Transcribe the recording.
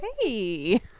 Hey